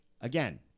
again